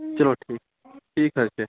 چلو ٹھیٖک ٹھیٖک حظ چھِ